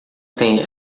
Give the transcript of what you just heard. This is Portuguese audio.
tem